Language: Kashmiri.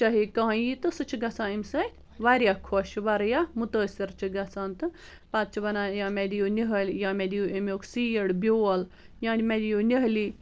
چاہے کانٛہہ یی تہٕ سُہ چھِ گژھان امہِ سۭتۍ واریاہ خۄش واریاہ مُتٲثِر چھِ گژھان تہٕ پتہٕ چھِ ونان یا مےٚ دِیِو نِہٕل یا مےٚ دِیِو امیٚک سیٖڈ بٮ۪وٚل یا مےٚ دِیو نِہٕلی